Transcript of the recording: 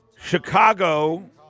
Chicago